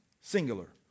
singular